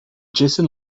jason